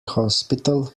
hospital